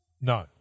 No